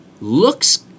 looks